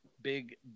big